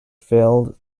failed